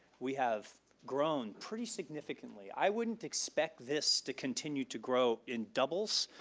we have grown pretty significantly. i wouldn't expect this to continue to grow in doubles,